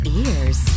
ears